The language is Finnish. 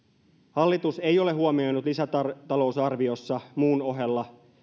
hallitus ei ole huomioinut lisätalousarviossa muun ohella